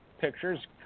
pictures